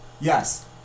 Yes